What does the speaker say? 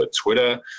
Twitter